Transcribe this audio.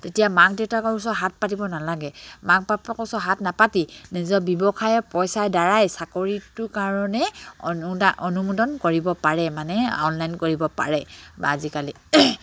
তেতিয়া মাক দেউতাকৰ ওচৰত হাত পাতিব নালাগে মাক বাপেকৰ ওচৰত হাত নাপাতি নিজৰ ব্যৱসায় পইচাৰ দ্বাৰাই চাকৰিটোৰ কাৰণে অনুমোদন কৰিব পাৰে মানে অনলাইন কৰিব পাৰে বা আজিকালি